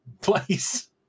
place